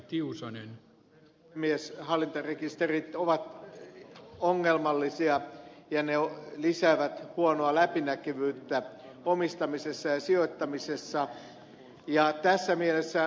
hallintarekisterit ovat ongelmallisia ja ne lisäävät huonoa läpinäkyvyyttä omistamisessa ja sijoittamisessa ja tässä mielessä niin kuin ed